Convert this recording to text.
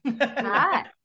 Hi